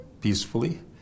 peacefully